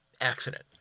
Accident